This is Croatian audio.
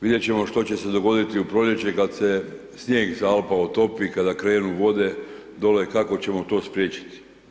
Vidjet ćemo što će se dogoditi u proljeće kad se snijeg s Alpa otopi, kada krenu vode dole, kako ćemo to spriječiti.